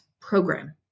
program